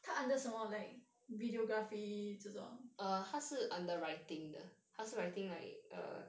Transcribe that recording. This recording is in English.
她 under 什么 like videography 这种